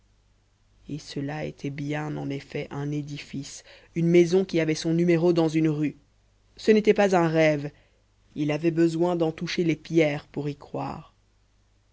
et cela était bien en effet un édifice une maison qui avait son numéro dans une rue ce n'était pas un rêve il avait besoin d'en toucher les pierres pour y croire